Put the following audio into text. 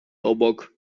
obok